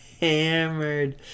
hammered